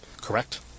correct